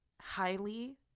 highly